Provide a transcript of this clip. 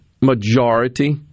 majority